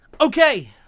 Okay